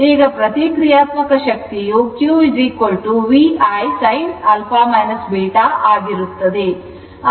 ಈಗ ಪ್ರತಿಕ್ರಿಯಾತ್ಮಕ ಶಕ್ತಿಯು Q VI sin α β ಆಗಿರುತ್ತದೆ